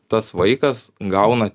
tas vaikas gauna